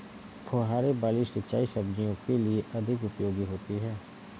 फुहारे वाली सिंचाई सब्जियों के लिए अधिक उपयोगी होती है?